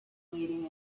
leading